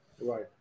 Right